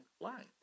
line